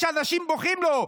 כשאנשים בוכים לו.